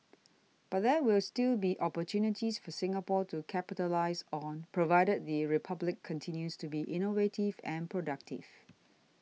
but there will still be opportunities for Singapore to capitalise on provided the Republic continues to be innovative and productive